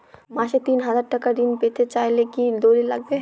মাসে তিন হাজার টাকা ঋণ পেতে চাইলে কি দলিল লাগবে?